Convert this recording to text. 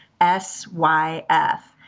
S-Y-F